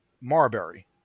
Marbury